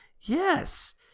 Yes